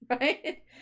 right